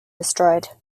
destroyed